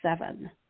seven